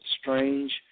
strange